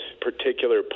particular